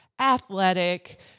athletic